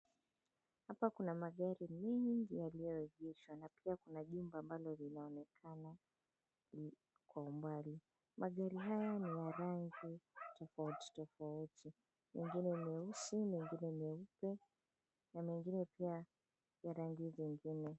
Huku kuna magari mingi yaliyoegeshwa na pia kuna jumba ambalo linaonekana kwa umbali. Magari haya ni ya rangi tofauti tofauti, mengine meusi, megine meupe na mengine pia ya rangi zingine.